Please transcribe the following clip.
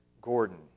Gordon